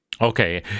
Okay